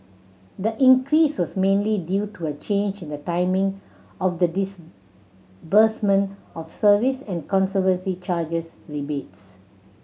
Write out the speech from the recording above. the increase was mainly due to a change in the timing of the disbursement of service and conservancy charges rebates